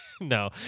No